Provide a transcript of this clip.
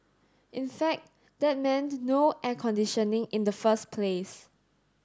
in fact that meant no air conditioning in the first place